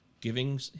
giving